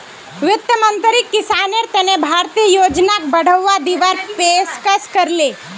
वित्त मंत्रीक किसानेर तने भारतीय योजनाक बढ़ावा दीवार पेशकस करले